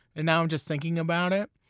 and now i'm just thinking about it.